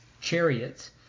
Chariots